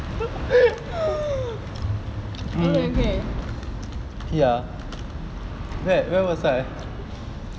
okay okay